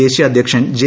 ദേശീയ അധ്യക്ഷൻ ജെ